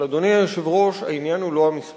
אבל, אדוני היושב-ראש, העניין הוא לא המספר,